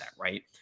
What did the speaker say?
right